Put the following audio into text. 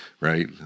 right